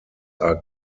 are